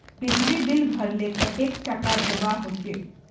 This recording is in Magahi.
बिजली बिल भरले कतेक टाका दूबा होचे?